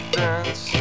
dance